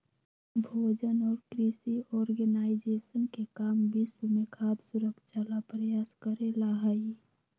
भोजन और कृषि ऑर्गेनाइजेशन के काम विश्व में खाद्य सुरक्षा ला प्रयास करे ला हई